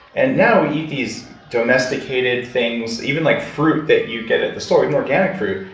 and now we eat these domesticated things. even like fruit that you get at the store, even organic fruit,